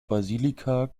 basilika